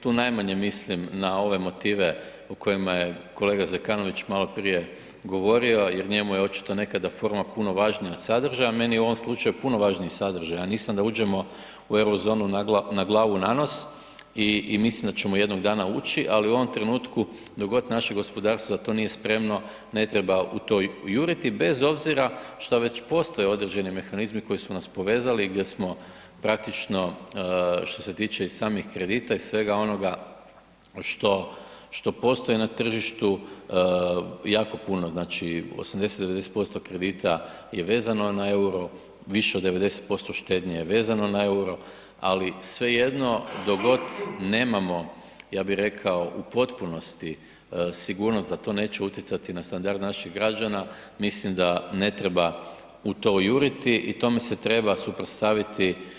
Tu najmanje mislim na ove motive o kojima je kolega Zekanović malo prije govorio jer njemu je očito nekada forma puno važnija od sadržaja, meni je u ovom slučaju puno važniji sadržaj, ja nisam da uđemo u Eurozonu na glavu i na nos i mislim da ćemo jednog dana ući ali u ovom trenutku dok god naše gospodarstvo za to nije spremno ne treba u to juriti bez obzira što već postoje određeni mehanizmi koji su nas povezali, gdje smo praktično što se tiče i samih kredita i svega onoga što postoji na tržištu, jako puno znači, 80, 90% kredita je vezano na euro, više od 90% štednje je vezano na euro ali svejedno dok god nemamo ja bih rekao u potpunosti sigurnost da to neće utjecati na standard naših građana mislim da ne treba u to juriti i tome se treba suprotstaviti.